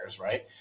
right